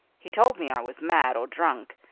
he told me i was mad or drunk,